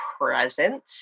present